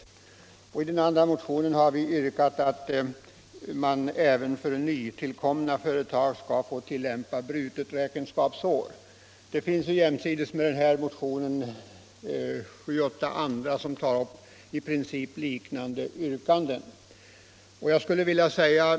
I den andra motionen har jag och mina medmotionärer yrkat att man även för nytillkomna företag skall få tillämpa s.k. brutet räkenskapsår. Jämsides med dessa motioner finns det sju åtta andra motioner som tar upp i princip liknande yrkanden.